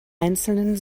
einzelnen